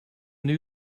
new